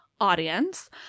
audience